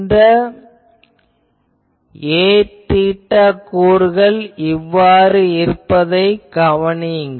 இந்த Aθ கூறுகள் இவ்வாறு இருப்பதைக் கவனியுங்கள்